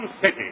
city